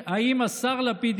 השר לפיד,